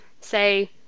say